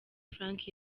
frank